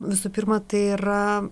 visų pirma tai yra